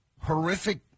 horrific